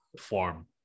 form